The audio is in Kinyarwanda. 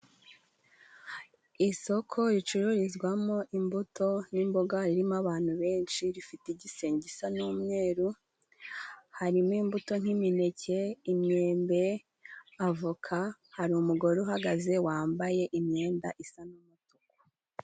Isoko ricururizwamo imbuto n'imboga, ririmo abantu benshi. Rifite igisenge gisa n'umweru, harimo imbuto nk'imineke, imyembe, avoka. Hari umugore uhagaze wambaye imyenda isa n'umutuku.